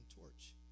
torch